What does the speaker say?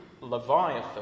Leviathan